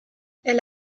elle